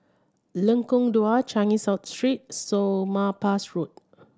Lengkong Dua Changi South Street Somapah Road